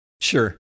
Sure